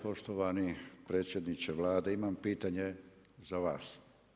Poštovani predsjedniče Vlade imam pitanje za vas.